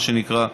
מה שנקרא,